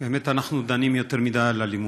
באמת אנחנו דנים יותר מדי על אלימות,